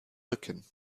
rücken